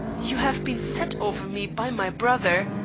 you have been set over me by my brother.